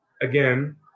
again